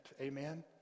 Amen